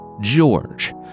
George